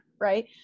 right